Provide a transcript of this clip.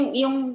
yung